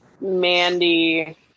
Mandy